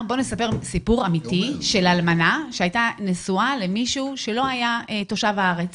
בוא נספר סיפור אמיתי של אלמנה שהייתה נשואה למישהו שלא היה תושב הארץ